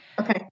Okay